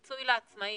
פיצוי לעצמאים,